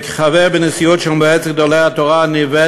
כחבר בנשיאות של מועצת גדולי התורה הוא ניווט